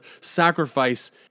sacrifice